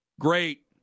great